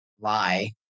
lie